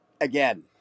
again